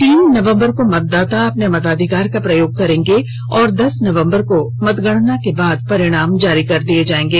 तीन नवम्बर को मतदाता अपने मतदाधिकार का प्रयोग करेंगे और दस नवम्बर को मतगणना के बाद परिणाम जारी कर दिये जाएंगे